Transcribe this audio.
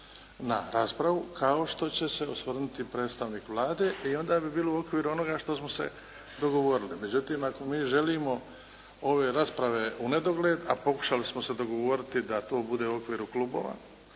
na raspravu, kao što će se osvrnuti predstavnik Vlade. I onda bi bilo u okviru onoga što smo se dogovorili. Međutim, ako mi želimo ove rasprave u nedogled, a pokušali smo se dogovoriti da to bude u okviru klubova,